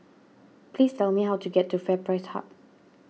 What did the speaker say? please tell me how to get to FairPrice Hub